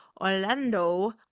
Orlando